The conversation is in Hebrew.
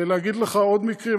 להגיד לך עוד מקרים?